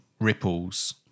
ripples